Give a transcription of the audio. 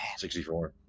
64